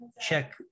check